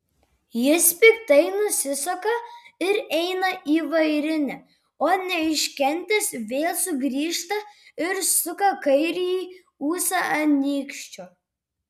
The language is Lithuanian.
jis piktai nusisuka ir eina į vairinę o neiškentęs vėl sugrįžta ir suka kairįjį ūsą ant nykščio